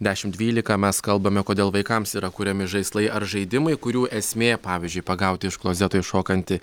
dešimt dvylika mes kalbame kodėl vaikams yra kuriami žaislai ar žaidimai kurių esmė pavyzdžiui pagauti iš klozeto iššokantį